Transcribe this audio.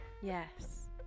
Yes